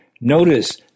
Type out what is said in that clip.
Notice